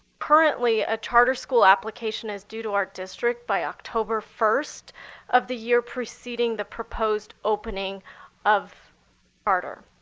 currently a charter school application is due to our district by october first of the year preceding the proposed opening of charter.